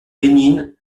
bénigne